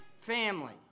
family